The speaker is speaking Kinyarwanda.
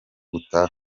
gutaha